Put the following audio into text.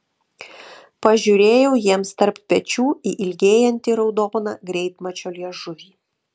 pažiūrėjau jiems tarp pečių į ilgėjantį raudoną greitmačio liežuvį